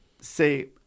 say